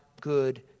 good